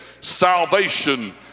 salvation